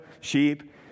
sheep